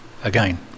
Again